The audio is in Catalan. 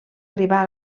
arribar